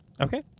Okay